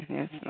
Yes